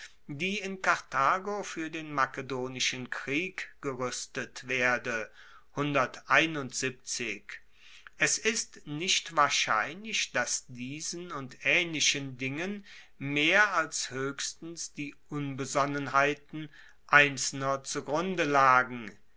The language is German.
die in karthago fuer den makedonischen krieg geruestet werde es ist nicht wahrscheinlich dass diesen und aehnlichen dingen mehr als hoechstens die unbesonnenheiten einzelner zugrunde lagen